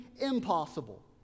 impossible